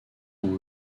ont